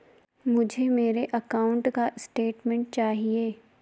मुझे मेरे अकाउंट का स्टेटमेंट चाहिए?